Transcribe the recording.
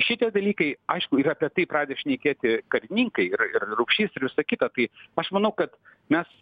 šitie dalykai aišku ir apie tai pradeda šnekėti karininkai ir ir rupšys ir visa kita tai aš manau kad mes